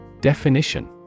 Definition